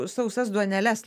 sausas duoneles